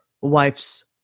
wife's